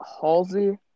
Halsey